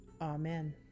Amen